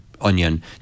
Onion